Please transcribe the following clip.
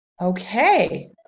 Okay